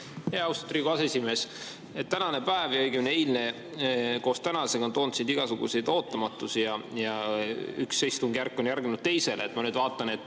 Austatud Riigikogu aseesimees! Tänane päev või õigemini eilne koos tänasega on toonud igasuguseid ootamatusi ja üks istungjärk on järgnenud teisele. Ma nüüd vaatan,